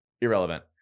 irrelevant